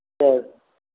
சரி